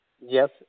Yes